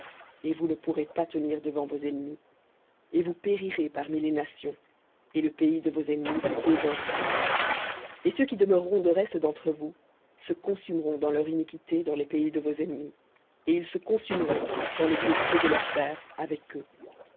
et vous ne pourrez pas tenir devant vos ennemis et vous périrez parmi les nations et le pays de vos ennemis vous dévorera et ceux qui demeureront de reste d'entre vous se consumeront dans leur iniquité dans les pays de vos ennemis et ils se consumeront dans les iniquités de leurs pères avec eux